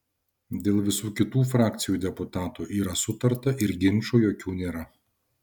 dėl visų kitų frakcijų deputatų yra sutarta ir ginčų jokių nėra